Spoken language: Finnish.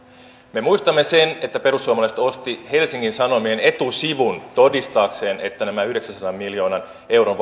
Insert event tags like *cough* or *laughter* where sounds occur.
me muistamme että perussuomalaiset osti helsingin sanomien etusivun todistaakseen että näitä yhdeksänsadan miljoonan euron *unintelligible*